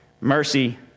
Mercy